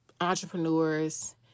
entrepreneurs